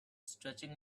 stretching